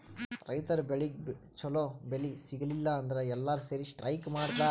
ರೈತರ್ ಬೆಳಿಗ್ ಛಲೋ ಬೆಲೆ ಸಿಗಲಿಲ್ಲ ಅಂದ್ರ ಎಲ್ಲಾರ್ ಸೇರಿ ಸ್ಟ್ರೈಕ್ ಮಾಡ್ತರ್